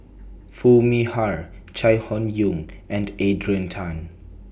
Foo Mee Har Chai Hon Yoong and Adrian Tan